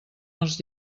els